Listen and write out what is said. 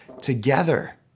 together